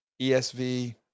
ESV